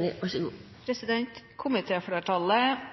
en merknad til rapporten fra regjeringens ekspertutvalg og mener den er